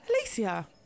Alicia